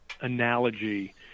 analogy